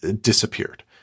disappeared